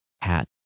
hat